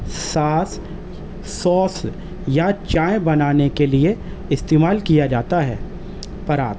ساس سوس یا چائے بنانے کے لیے استعمال کیا جاتا ہے پرات